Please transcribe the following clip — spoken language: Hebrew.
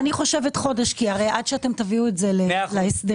אני חושבת חודש כי עד שתביאו את זה להסדרים,